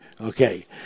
okay